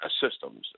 systems